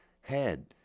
head